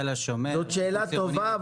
זאת שאלה טובה.